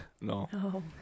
no